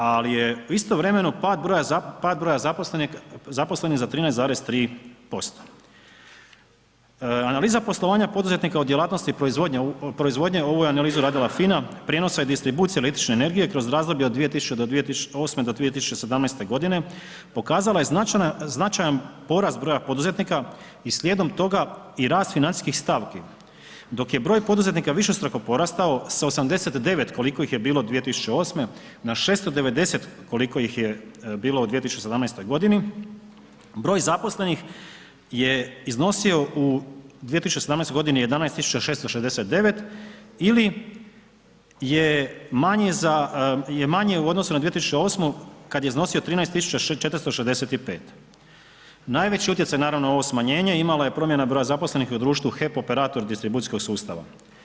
Ali je istovremeno pad broja zaposlenih za 13,3%. analiza poslovanja poduzetnika u djelatnosti proizvodnje ovu je analizu radila FINA, prijenosa i distribucije električne energije kroz razdoblja od … do 2017. g. pokazala je značajan porast broja poduzetnika i slijedom toga i rast financijskih stavki, dok je broj poduzetnika višestruko porastao, sa 89 koliko ih je bilo 2008. na 680 koliko ih je bilo u 2017. g. Broj zaposlenih je iznosio u 2017. g. 11669 ili je manji za je manji u odnosu na 2008. kada je iznosio 13465. najveći utjecaj, naravno ovo smanjenje, imala je promjena broja zaposlenih u društvu HEP operator distribucijskog sustava.